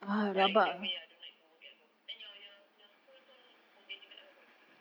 but either way I don't like to work at home then your your your school pun home based juga ke apa